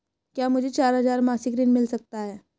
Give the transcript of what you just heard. क्या मुझे चार हजार मासिक ऋण मिल सकता है?